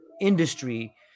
industry